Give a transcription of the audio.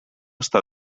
està